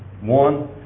One